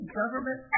government